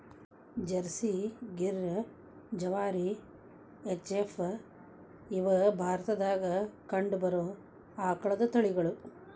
Jersey, Gir, ಜವಾರಿ, H F, ಇವ ಭಾರತದಾಗ ಕಂಡಬರು ಆಕಳದ ತಳಿಗಳು